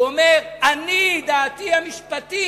הוא אומר: אני, דעתי המשפטית